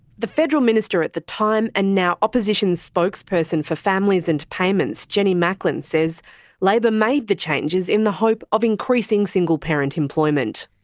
the federal minister at the time and now opposition spokesperson for families and payments, jenny macklin, says labor made the changes in the hope of increasing single parent employment.